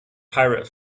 pirate